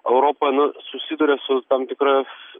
europa nu susiduria su tam tikra